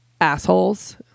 assholes